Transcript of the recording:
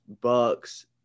Bucks